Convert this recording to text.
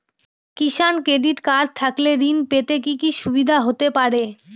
কিষান credit card থাকলে ঋণ পেতে কি কি সুবিধা হতে পারে?